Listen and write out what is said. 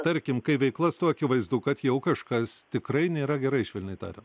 tarkim kai veiklas tuo akivaizdu kad jau kažkas tikrai nėra gerai švelniai tariant